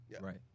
Right